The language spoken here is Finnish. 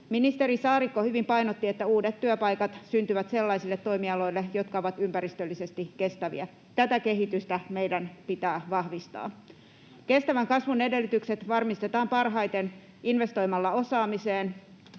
Ministeri Saarikko hyvin painotti, että uudet työpaikat syntyvät sellaisille toimialoille, jotka ovat ympäristöllisesti kestäviä. Tätä kehitystä meidän pitää vahvistaa. Kestävän kasvun edellytykset varmistetaan parhaiten investoimalla osaamiseen,